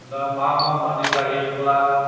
दा मा मावनानै जायोब्ला